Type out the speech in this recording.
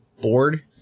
bored